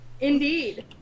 indeed